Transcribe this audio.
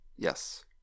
Yes